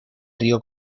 río